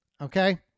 Okay